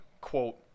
quote